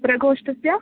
प्रकोष्ठस्य